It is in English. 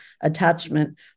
attachment